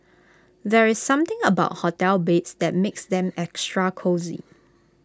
there's something about hotel beds that makes them extra cosy